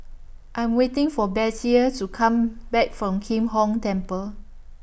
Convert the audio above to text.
I'm waiting For Bettye to Come Back from Kim Hong Temple